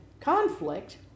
conflict